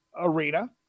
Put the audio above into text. arena